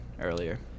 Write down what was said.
earlier